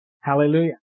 Hallelujah